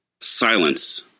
silence